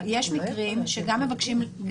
יש מקרים שגם מבקשים,